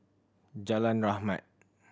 Jalan Rahmat